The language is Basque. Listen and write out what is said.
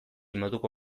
moduko